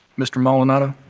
mr. maldonado?